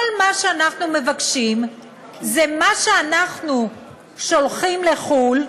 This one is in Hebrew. כל מה שאנחנו מבקשים זה שמה שאנחנו שולחים לחו"ל,